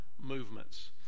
movements